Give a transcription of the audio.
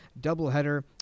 doubleheader